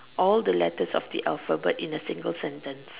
all the letters of the Alphabet but in a single sentence